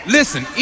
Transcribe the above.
Listen